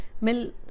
mill